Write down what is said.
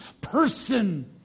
person